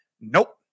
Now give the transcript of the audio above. Nope